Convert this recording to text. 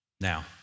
Now